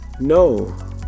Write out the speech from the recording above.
no